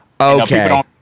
okay